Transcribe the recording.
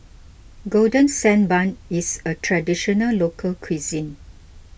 Golden Sand Bun is a Traditional Local Cuisine